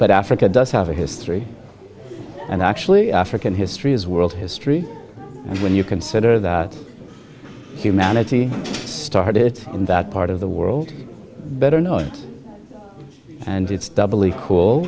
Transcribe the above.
but africa does have a history and actually african history is world history and when you consider that humanity started in that part of the world better known and it's